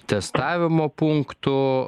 testavimo punktų